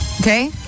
Okay